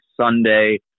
Sunday